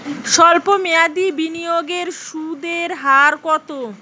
সল্প মেয়াদি বিনিয়োগের সুদের হার কত?